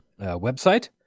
website